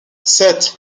sept